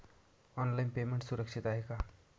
Online payment सुरक्षित आहे का?